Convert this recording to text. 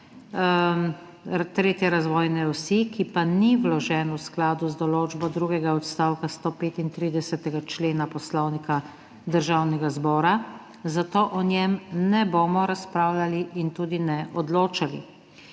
tretje razvojne osi, ki pa ni vložen v skladu z določbo drugega odstavka 135. člena Poslovnika Državnega zbora, zato o njem ne bomo razpravljali in tudi ne odločali.